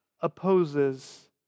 opposes